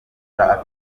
ntago